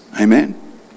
Amen